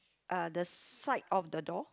uh the side of the door